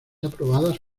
aprobadas